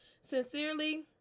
Sincerely